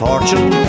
Fortune